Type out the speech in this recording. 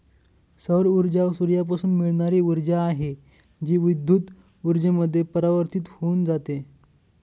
सौर ऊर्जा सूर्यापासून मिळणारी ऊर्जा आहे, जी विद्युत ऊर्जेमध्ये परिवर्तित होऊन जाते